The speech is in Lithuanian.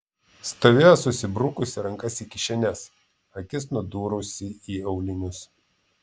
stovėjo susibrukusi rankas į kišenes akis nudūrusi į aulinius